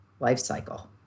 lifecycle